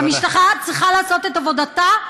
והמשטרה צריכה לעשות את עבודתה,